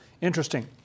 Interesting